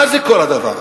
מה זה כל הדבר הזה?